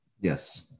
yes